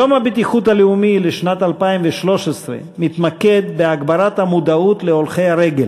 יום הבטיחות הלאומי לשנת 2013 מתמקד בהגברת המודעות להולכי הרגל